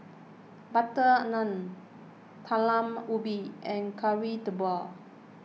Butter Naan Talam Ubi and Kari Debal